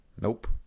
nope